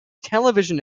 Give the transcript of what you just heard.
television